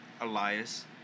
Elias